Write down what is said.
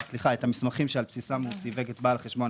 המסמכים שעל בסיסם הוא סיווג את בעל חשבון